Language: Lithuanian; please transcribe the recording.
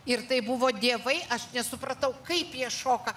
ir tai buvo dievai aš nesupratau kaip jie šoka